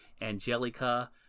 Angelica